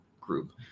group